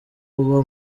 uba